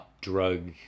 drug